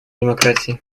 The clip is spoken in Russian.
демократии